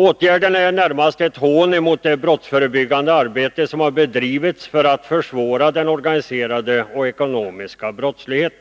Åtgärden är närmast ett hån mot det brottsförebyggande arbete som bedrivits för att försvåra den organiserade och ekonomiska brottsligheten.